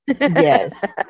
Yes